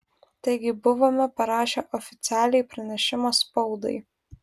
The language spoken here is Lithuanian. taigi buvome parašę oficialiai pranešimą spaudai